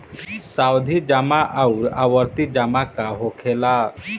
सावधि जमा आउर आवर्ती जमा का होखेला?